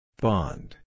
Bond